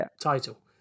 title